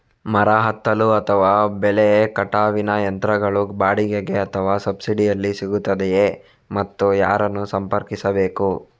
ಮರ ಹತ್ತಲು ಅಥವಾ ಬೆಲೆ ಕಟಾವಿನ ಯಂತ್ರಗಳು ಬಾಡಿಗೆಗೆ ಅಥವಾ ಸಬ್ಸಿಡಿಯಲ್ಲಿ ಸಿಗುತ್ತದೆಯೇ ಮತ್ತು ಯಾರನ್ನು ಸಂಪರ್ಕಿಸಬೇಕು?